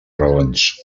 raons